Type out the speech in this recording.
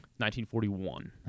1941